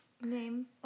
name